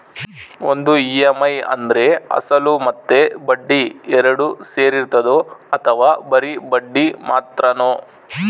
ಒಂದು ಇ.ಎಮ್.ಐ ಅಂದ್ರೆ ಅಸಲು ಮತ್ತೆ ಬಡ್ಡಿ ಎರಡು ಸೇರಿರ್ತದೋ ಅಥವಾ ಬರಿ ಬಡ್ಡಿ ಮಾತ್ರನೋ?